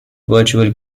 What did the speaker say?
virtual